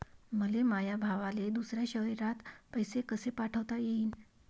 मले माया भावाले दुसऱ्या शयरात पैसे कसे पाठवता येईन?